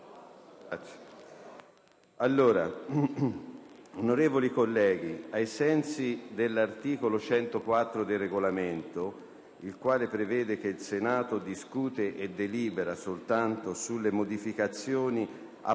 deputati. Onorevoli colleghi, ai sensi dell'articolo 104 del Regolamento - il quale prevede che il Senato discute e delibera soltanto sulle modificazioni apportate